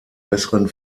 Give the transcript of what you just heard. besseren